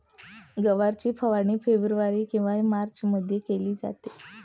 गवारची पेरणी फेब्रुवारी किंवा मार्चमध्ये केली जाते